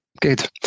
Good